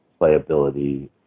playability